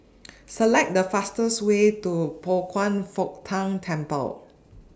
Select The fastest Way to Pao Kwan Foh Tang Temple